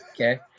okay